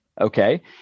Okay